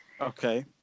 okay